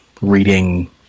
reading